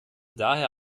daher